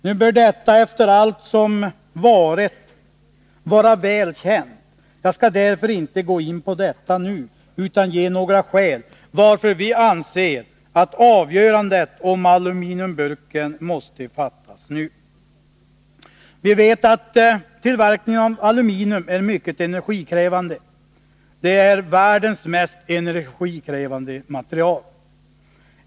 Nu bör detta efter allt som förekommit vara väl känt. Jag skall därför inte gå in på detta nu utan ange några skäl till att vi anser att avgörandet om aluminiumburken måste komma till stånd nu. Vi vet att tillverkningen av aluminium är mycket energikrävande. Det är världens mest energikrävande material.